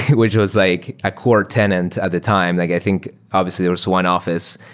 which was like a core tenant at the time. like i think obviously there's one office.